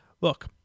Look